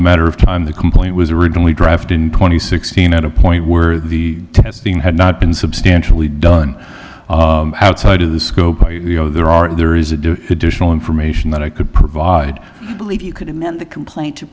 a matter of time the complaint was originally drafted in twenty sixteen at a point where the testing had not been substantially done outside of the scope you know there are there is a do additional information that i could provide believe you could amend the complaint to